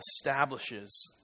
establishes